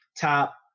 top